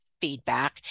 feedback